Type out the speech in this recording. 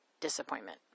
disappointment